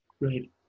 Right